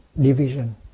division